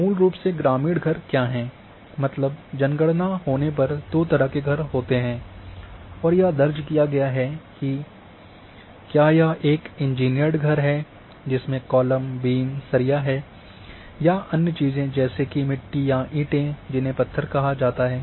मूल रूप से ग्रामीण घर क्या हैं मतलब जनगणना होने पर दो तरह के घर होते हैं और यह दर्ज किया गया है कि क्या यह एक इंजीनियर्ड घर है जिसमें कॉलम बीम सरिया है या अन्य चीज़ें जैसे कि मिट्टी या ईंटें जिन्हें पत्थर कहा जाता है